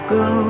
go